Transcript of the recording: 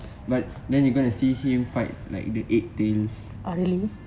but then you gonna see him fight like the eight tails